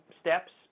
steps